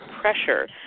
pressure